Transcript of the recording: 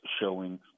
showing